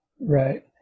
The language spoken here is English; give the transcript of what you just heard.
Right